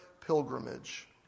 pilgrimage